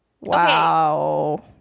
Wow